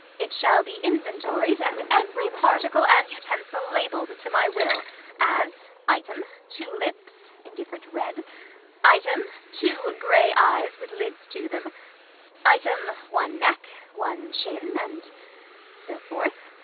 it shall be inventoried, and every particle and utensil labell'd to my will as, item, two lips, indifferent red item, two grey eyes, with lids to them item, one neck, one chin, and so forth.